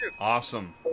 Awesome